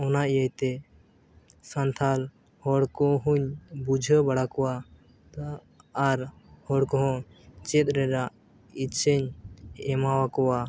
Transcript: ᱚᱱᱟ ᱤᱭᱟᱹᱛᱮ ᱥᱟᱱᱛᱟᱲ ᱦᱚᱲ ᱠᱚᱦᱚᱸᱧ ᱵᱩᱡᱷᱟᱹᱣ ᱵᱟᱲᱟ ᱠᱚᱣᱟ ᱟᱨ ᱦᱚᱲ ᱠᱚᱦᱚᱸ ᱪᱮᱫ ᱨᱮᱱᱟᱜ ᱤᱪᱪᱷᱟᱹᱧ ᱮᱢᱟᱣ ᱠᱚᱣᱟ